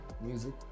music